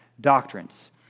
doctrines